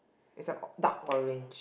it's a dark orange